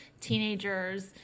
teenagers